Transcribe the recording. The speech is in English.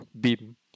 beam